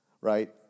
right